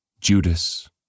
Judas